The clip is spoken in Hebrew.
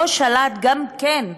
לא שלט גם הוא,